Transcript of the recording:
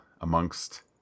amongst